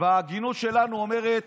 וההגינות שלנו אומרת